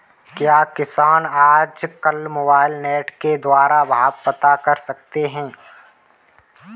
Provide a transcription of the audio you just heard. क्या किसान आज कल मोबाइल नेट के द्वारा भाव पता कर सकते हैं?